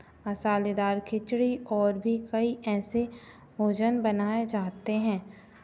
मसालेदार खिचड़ी और भी कई ऐसे भोजन बनाए जाते हैं